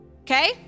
Okay